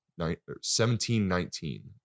1719